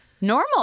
normal